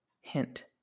Hint